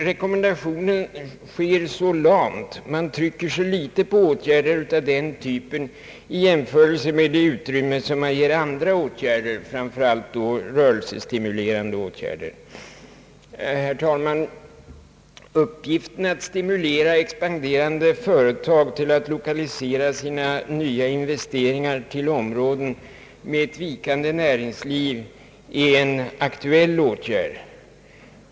Rekommendationen är dock ganska lam, man trycker så litet på åtgärder av den typen i jämförelse med det utrymme man ger andra åtgärder, framför allt rörelsestimulerande sådana. Herr talman! Uppgiften att stimulera expanderande företag att lokalisera sina nya investeringar till områden med ett vikande näringsliv är ett aktuellt problem.